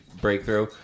breakthrough